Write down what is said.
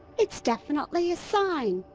it's definitely a sign.